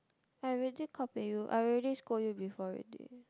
I already kao pei you I already scold you before already